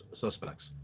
suspects